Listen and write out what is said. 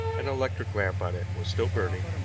an electric lamp on it was still burning,